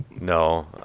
No